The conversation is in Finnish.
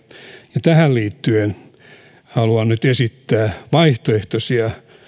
ja tähän liittyen haluan nyt esittää vaihtoehtoisia